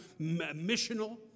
missional